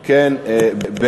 אם כן,